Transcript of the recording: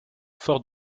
fort